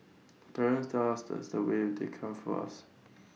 parents tell us that's what they come for us